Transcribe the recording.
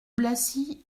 blacy